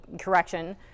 correction